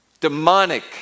demonic